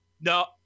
No